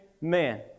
man